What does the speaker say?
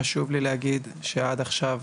חשוב לי להגיד שעד עכשיו,